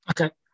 Okay